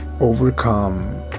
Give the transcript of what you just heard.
overcome